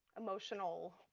emotional –